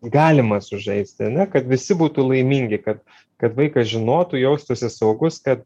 galima sužaisti ane kad visi būtų laimingi kad kad vaikas žinotų jaustųsi saugus kad